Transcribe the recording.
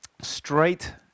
straight